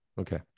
Okay